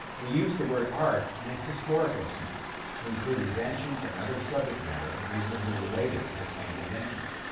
we use the word art in its historical sense, to include inventions and other subject matter reasonably related to the claimed invention.